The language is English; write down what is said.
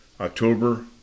October